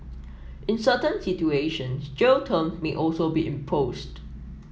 in certain situations jail term may also be imposed